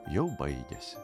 jau baigiasi